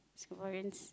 Singaporeans